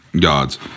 gods